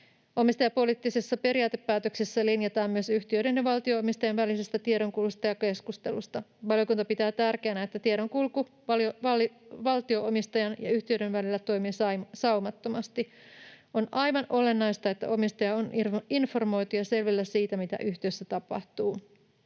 Omistajapoliittisessa periaatepäätöksessä linjataan myös yhtiöiden ja valtio-omistajan välisestä tiedonkulusta ja keskustelusta. Valiokunta pitää tärkeänä, että tiedonkulku valtio-omistajan ja yhtiöiden välillä toimii saumattomasti. On aivan olennaista, että omistaja on informoitu ja selvillä siitä, mitä yhtiössä tapahtuu.